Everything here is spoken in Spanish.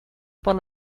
por